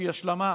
שהיא השלמה